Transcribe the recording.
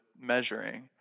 measuring